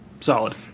Solid